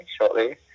shortly